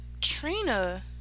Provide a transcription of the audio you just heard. Trina